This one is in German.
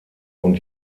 und